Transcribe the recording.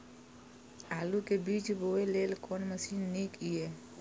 आलु के बीज बोय लेल कोन मशीन नीक ईय?